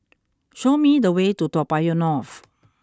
show me the way to Toa Payoh North